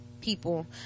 people